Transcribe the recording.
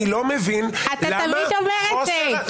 סליחה, אני לא מבין -- אתה תמיד אומר את זה.